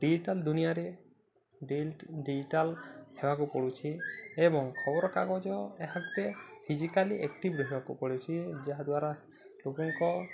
digital ଦୁନିଆରେ digital ହେବାକୁ ପଡ଼ୁଛି ଏବଂ ଖବରକାଗଜ ଏହାତେ ଫିଜିକାଲି ଆକ୍ଟିଭ୍ ରହିବାକୁ ପଡ଼ୁଛିି ଯାହାଦ୍ୱାରା ଲୋକଙ୍କ